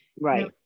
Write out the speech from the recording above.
right